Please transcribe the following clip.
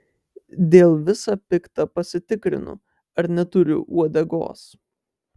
dėl visa pikta pasitikrinu ar neturiu uodegos